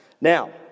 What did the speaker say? Now